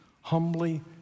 Humbly